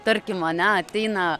tarkim ane ateina